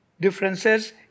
differences